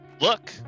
look